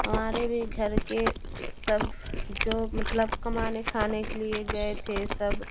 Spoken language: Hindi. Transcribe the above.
हमारे भी घर के सब जो मतलब कमाने खाने के लिए गए थे सब